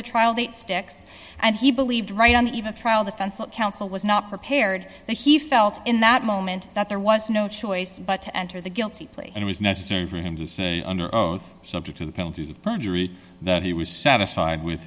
the trial date sticks and he believed right on the eve of trial defense counsel was not prepared that he felt in that moment that there was no choice but to enter the guilty plea it was necessary for him to say under oath subject to penalties of perjury that he was satisfied with